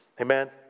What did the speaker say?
Amen